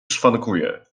szwankuje